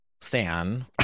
stan